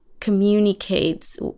Communicates